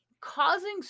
causing